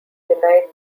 denied